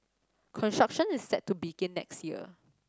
construction is set to begin next year